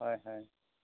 হয় হয়